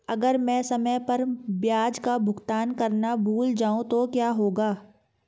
अगर मैं समय पर ब्याज का भुगतान करना भूल जाऊं तो क्या होगा?